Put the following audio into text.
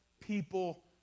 people